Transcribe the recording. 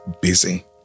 busy